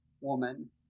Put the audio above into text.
woman